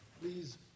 Please